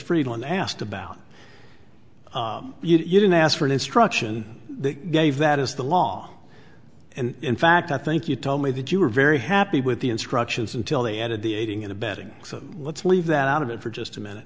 friedman asked about you didn't ask for an instruction they gave that is the law and in fact i think you told me that you were very happy with the instructions until the end of the aiding and abetting so let's leave that out of it for just a minute